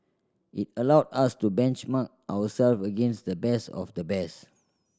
it allowed us to benchmark ourself against the best of the best